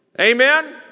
Amen